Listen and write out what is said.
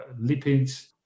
lipids